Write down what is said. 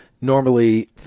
Normally